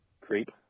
creep